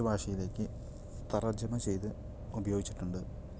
മറ്റ് ഭാഷയിലേക്ക് തർജ്ജിമ ചെയ്ത് ഉപയോഗിച്ചിട്ടുണ്ട്